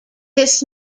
this